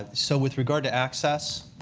so with regard to access,